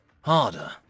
harder